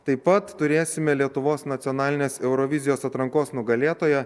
taip pat turėsime lietuvos nacionalinės eurovizijos atrankos nugalėtoją